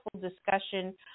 discussion